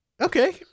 okay